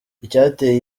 icyateye